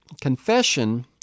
confession